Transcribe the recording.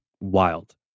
wild